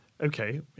Okay